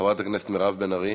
חברת הכנסת מירב בן ארי?